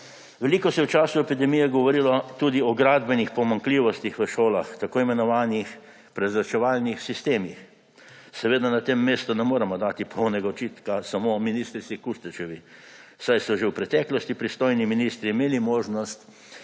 Veliko se je v času epidemije govorilo tudi o gradbenih pomanjkljivostih v šolah, tako imenovanih prezračevalnih sistemih. Seveda na tem mestu ne moremo dati polnega očitka samo ministrici Kustečevi, saj so že v preteklosti pristojni ministri imeli možnost